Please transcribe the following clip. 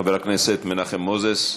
חבר הכנסת מנחם מוזס,